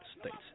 States